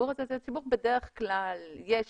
בדרך כלל זה ציבור,